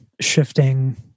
shifting